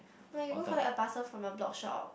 I gotta go collect a parcel for my blog shop